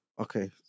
Okay